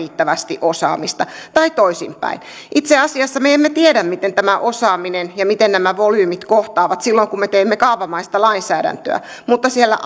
riittävästi osaamista tai toisinpäin itse asiassa me emme tiedä miten tämä osaaminen ja miten nämä volyymit kohtaavat silloin kun me teemme kaavamaista lainsäädäntöä mutta siellä